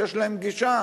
שיש להם גישה,